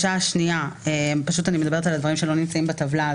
אני מדברת על הדברים שלא נמצאים בטבלה,